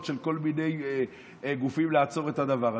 של כל מיני גופים לעצור את הדבר הזה,